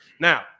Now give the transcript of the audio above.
Now